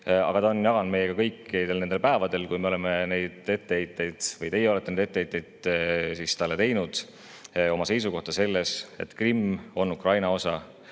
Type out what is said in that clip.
aga ta on jaganud meiega kõikidel nendel päevadel, kui me oleme või teie olete neid etteheiteid talle teinud, oma seisukohta selles, et Krimm on Ukraina osa,